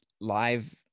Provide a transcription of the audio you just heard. live